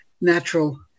natural